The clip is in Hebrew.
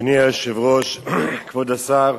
אדוני היושב-ראש, כבוד השר,